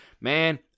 Man